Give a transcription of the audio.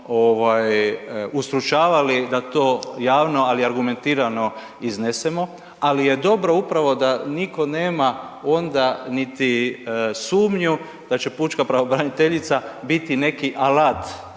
ustručavali da to javno, ali argumentiramo iznesemo, ali je dobro upravo da nitko nema niti sumnju da će pučka pravobraniteljica biti neki alat